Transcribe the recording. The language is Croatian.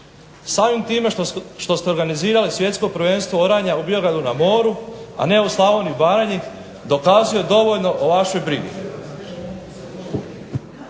Samim time što ste organizirali svjetsko prvenstvo oranja u Biogradu na moru, a ne u Slavoniji i Baranje dokazuje dovoljno o vašoj brizi.